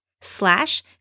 slash